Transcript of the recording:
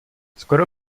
skoro